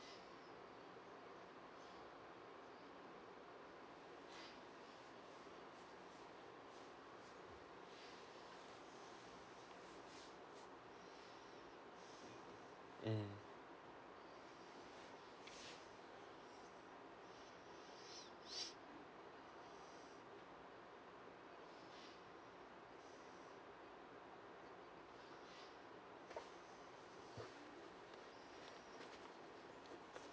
mm